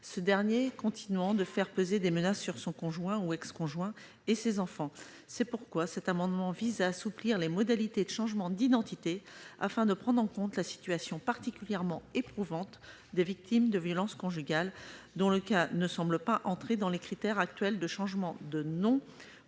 ce dernier continuant de faire peser des menaces sur son conjoint ou ex-conjoint et sur ses enfants. Cet amendement vise donc à assouplir les modalités de changement d'identité, afin de prendre en compte la situation particulièrement éprouvante des victimes de violences conjugales dont le cas ne semble pas entrer dans les critères actuels de changement de nom